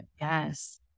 yes